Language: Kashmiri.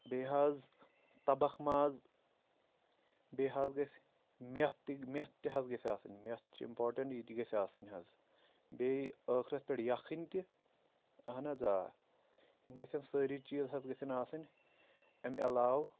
بیٚیہِ حظ تبَکھ ماز بیٚیہِ حظ گژھِ میٚتھ تہِ میٚتھ تہِ حظ گژھِ آسٕنۍ میٚتھ چھِ اِمپاٹَنٛٹ یہِ تہِ گژھِ آسٕنۍ حظ بیٚیہِ ٲخرَس پٮ۪ٹھ یَکھٕنۍ تہِ اہن حظ آ یِم گژھن سٲری چیٖز حظ گژھن آسٕنۍ اَمہِ علاو